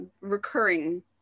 recurring